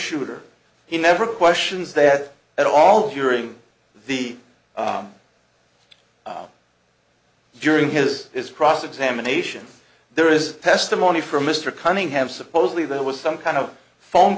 shooter he never questions that at all during the during his cross examination there is testimony from mr cunningham supposedly there was some kind of phone